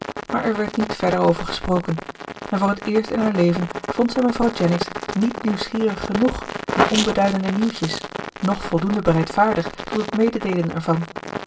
maar er werd niet verder over gesproken en voor het eerst in haar leven vond zij mevrouw jennings niet nieuwsgierig genoeg naar onbeduidende nieuwtjes noch voldoende bereidvaardig tot het mededeelen ervan